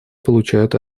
получают